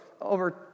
over